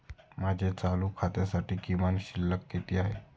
माझ्या चालू खात्यासाठी किमान शिल्लक किती आहे?